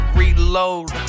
reload